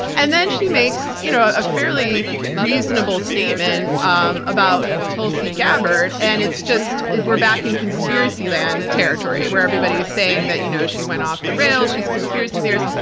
and then she makes you know a fairly reasonable statement um about tulsi gabbard, and it's just, we're back in conspiracy land territory, where everybody is saying that you know she went off the rails, she's a conspiracy theorist.